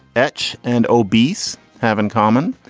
etch and obese have in common.